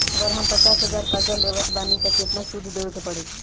अगर हम पचास हज़ार कर्जा लेवत बानी त केतना सूद देवे के पड़ी?